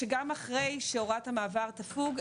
שגם אחרי שהוראת המעבר תפוג,